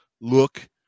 look